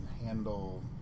handle